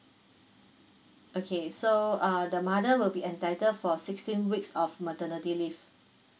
okay so ah the mother will be entitled for sixteen weeks of maternity leave